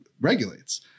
regulates